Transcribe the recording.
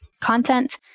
content